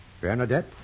Bernadette